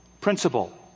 principle